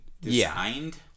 designed